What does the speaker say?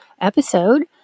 episode